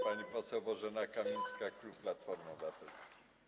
Pani poseł Bożena Kamińska, klub Platformy Obywatelskiej.